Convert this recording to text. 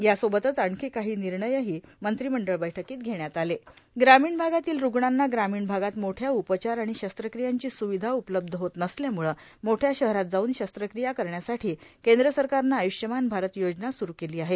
यासोबतच आणखी काही निर्णयही मंत्रिमंडळ बैठकीत घेण्यात आले ग्रामीण भागातील रुग्णांना ग्रामीण भागात मोठया उपचार आणि शत्रक्रियांची सुविधा उपलब्ध होत नसल्यामुळे मोठया शहरात जाऊन शस्त्रक्रिया करण्यासाठी केद्र सरकारनं आय्ष्यमान भारत योजना सुरु केली आहे